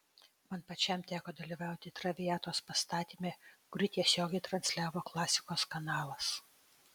man pačiam teko dalyvauti traviatos pastatyme kurį tiesiogiai transliavo klasikos kanalas